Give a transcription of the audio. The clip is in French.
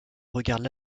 regardent